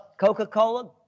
Coca-Cola